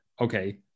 okay